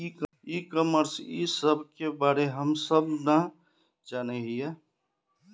ई commerce इस सब के बारे हम सब ना जाने हीये?